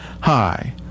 hi